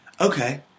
Okay